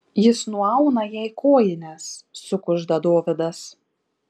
jis nuauna jai kojines sukužda dovydas